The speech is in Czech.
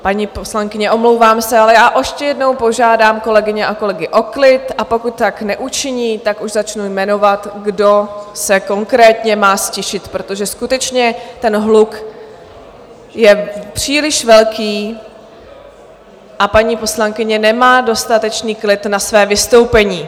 Paní poslankyně, omlouvám se, ale já ještě jednou požádám kolegyně a kolegy o klid, a pokud tak neučiní, tak už začnu jmenovat, kdo se konkrétně má ztišit, protože skutečně ten hluk je příliš velký a paní poslankyně nemá dostatečný klid na své vystoupení.